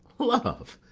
love!